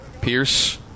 Pierce